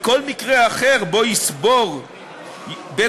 בכל מקרה אחר שבו יסבור בית-המשפט